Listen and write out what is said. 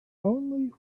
only